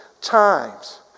times